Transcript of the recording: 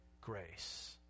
grace